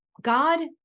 God